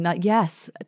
yes